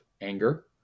anger